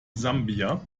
sambia